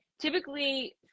typically